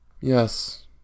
Yes